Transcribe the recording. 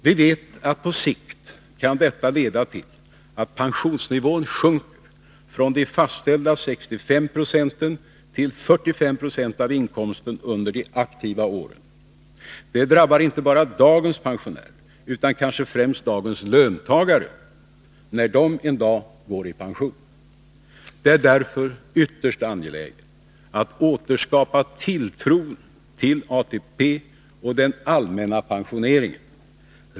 Vi vet att detta på sikt kan leda till att pensionsnivån sjunker från fastställda 65 2 till 45 90 av inkomsten under de aktiva åren. Det drabbar inte bara dagens pensionärer utan kanske främst dagens löntagare, när de en dag går i pension. Det är därför ytterst angeläget att återskapa tilltron till ATP och den allmänna pensioneringen.